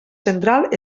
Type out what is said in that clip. central